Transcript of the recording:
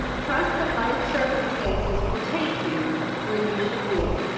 trust that life circumstances will take you where you should be.